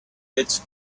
its